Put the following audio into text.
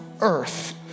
earth